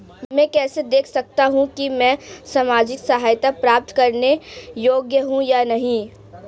मैं कैसे देख सकता हूं कि मैं सामाजिक सहायता प्राप्त करने योग्य हूं या नहीं?